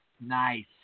Nice